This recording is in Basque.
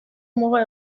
muga